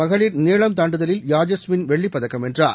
மகளிர் நீளம் தாண்டுதலில் யாஜஸ்வின் வெள்ளிப்பதக்கம் வென்றார்